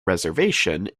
reservation